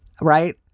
right